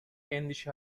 endişe